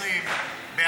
220,000,